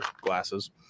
Glasses